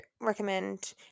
recommend